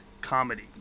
comedy